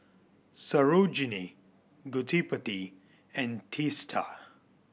Sarojini Gottipati and Teesta